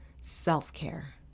self-care